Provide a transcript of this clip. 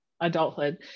adulthood